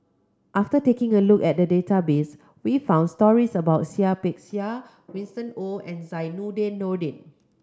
after taking a look at the database we found stories about Seah Peck Seah Winston Oh and Zainudin Nordin